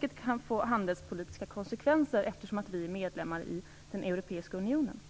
Detta kan få handelspolitiska konsekvenser, eftersom vi är medlemmar i den europeiska unionen.